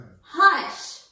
Hush